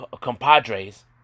compadres